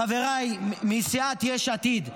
חבריי מסיעת יש עתיד,